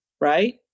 right